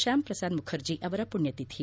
ಶ್ಯಾಮ್ ಪ್ರಸಾದ್ ಮುಖರ್ಜ ಅವರ ಪುಣ್ಯತಿಥಿ